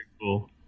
cool